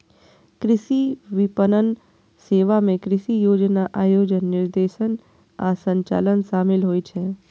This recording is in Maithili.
कृषि विपणन सेवा मे कृषि योजना, आयोजन, निर्देशन आ संचालन शामिल होइ छै